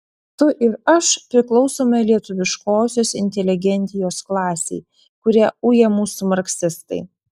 tu ir aš priklausome lietuviškosios inteligentijos klasei kurią uja mūsų marksistai